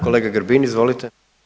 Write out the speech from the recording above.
Kolega Grbin izvolite.